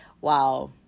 Wow